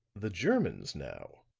the germans, now,